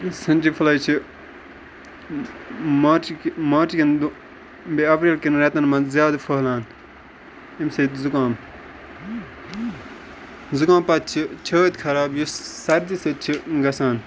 ژھِنجہِ فٕلے چھِ مارچہِ مارچہِ کیٚن دۄ بیٚیہِ اَپریل کیٚن رٮ۪تَن منٛز زیادٕ پھٔہلان امہِ سۭتۍ زُکام زُکام پَتہِ چھِ چھٲتۍ خَراب یُس سَردی سۭتۍ چھُ گَژھان